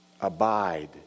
Abide